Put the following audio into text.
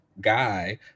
guy